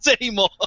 anymore